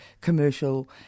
commercial